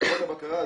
חברות הבקרה,